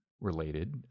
related